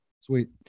sweet